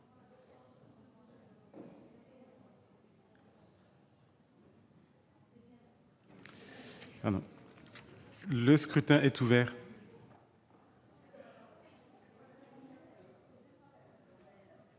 Le scrutin est ouvert.